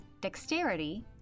Dexterity